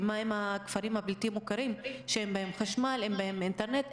מה עם הכפרים הבלתי מוכרים שאין בהם חשמל ואינטרנט?